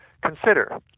consider